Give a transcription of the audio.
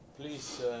Please